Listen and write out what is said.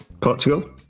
Portugal